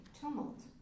tumult